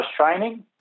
training